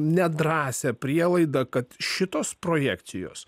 nedrąsią prielaidą kad šitos projekcijos